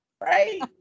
right